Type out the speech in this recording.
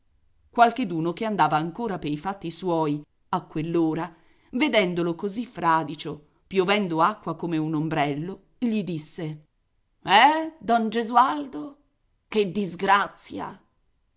qualcheduno che andava ancora pei fatti suoi a quell'ora vedendolo così fradicio piovendo acqua come un ombrello gli disse eh don gesualdo che disgrazia